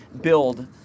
build